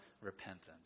repentance